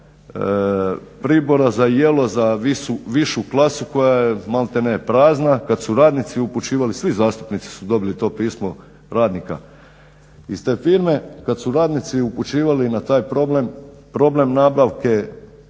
pribora za jelo za višu klasu koja je maltene prazna kad su radnici upućivali, svi zastupnici su dobili to pismo radnika iz te firme, kad su radnici upućivali na taj problem,